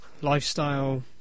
lifestyle